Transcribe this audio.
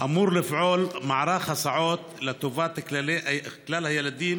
אמור לפעול מערך הסעות לטובת כלל הילדים